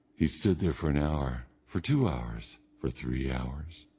he stood there for an hour, for two hours, for three hours,